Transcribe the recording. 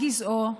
מה גזעו,